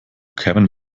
kämen